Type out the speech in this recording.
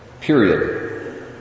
Period